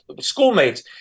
schoolmates